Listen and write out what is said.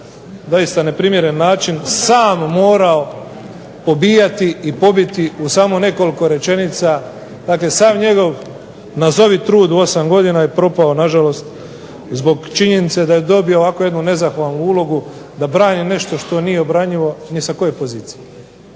doista neprimjeren način sam morao pobijati i pobiti u samo nekoliko rečenica. Dakle sav njegov nazovi trud u osam godina je propao nažalost zbog činjenice da je dobio ovako jednu nezahvalnu ulogu da brani nešto što nije obranjivo ni sa koje pozicije.